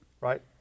right